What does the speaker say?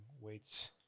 weights